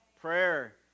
Prayer